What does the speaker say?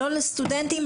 לא לסטודנטים,